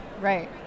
Right